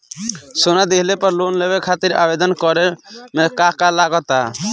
सोना दिहले पर लोन लेवे खातिर आवेदन करे म का का लगा तऽ?